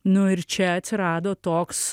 nu ir čia atsirado toks